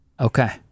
okay